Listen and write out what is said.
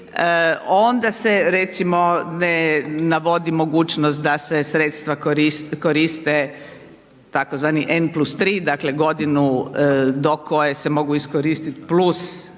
onda se recimo ne navodi mogućnost da se sredstva koriste tzv. N+3, dakle, godinu do koje se mogu iskoristit +